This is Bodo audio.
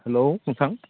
हेल' नोंथां